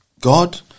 God